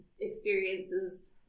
experiences